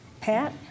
Pat